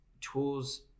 tools